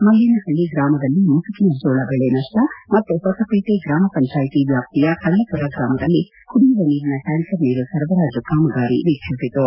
ಮಲ್ಲೇನಹಳ್ಳಿ ಗ್ರಾಮದಲ್ಲಿ ಮುಸುಕಿನ ಜೋಳ ಬೆಳೆ ನಷ್ಷ ಮತ್ತು ಹೊಸಪೇಟೆ ಗ್ರಾಮಪಂಜಾಯಿತಿ ವ್ಯಾಷ್ಟಿಯ ಕಳ್ಳಮರ ಗ್ರಾಮದಲ್ಲಿ ಕುಡಿಯುವ ನೀರಿನ ಟ್ಲಾಂಕರ್ ನೀರು ಸರಬರಾಜು ಕಾಮಗಾರಿ ವೀಕ್ಷಿಸಿತು